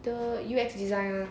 the U_X design [one]